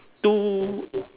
two